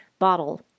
Bottle